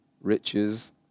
riches